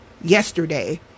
yesterday